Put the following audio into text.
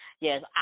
Yes